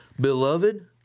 Beloved